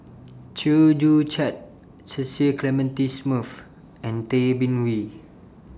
Chew Joo Chiat Cecil Clementi Smith and Tay Bin Wee